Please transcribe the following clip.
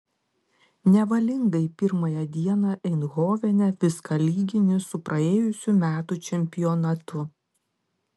nevalingai pirmąją dieną eindhovene viską lygini su praėjusių metų čempionatu